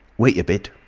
wait a bit,